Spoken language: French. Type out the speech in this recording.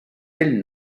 ailes